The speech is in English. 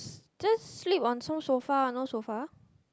just sleep on some sofa no sofa